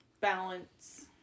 balance